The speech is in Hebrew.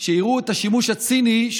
אתה מאמין בזה?